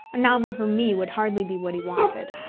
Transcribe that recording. a novel from me would hardly be what he wanted,